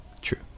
True